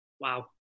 Wow